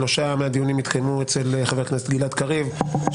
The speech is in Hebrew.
שלושה מהדיונים התקיימו אצל חבר הכנסת גלעד קריב,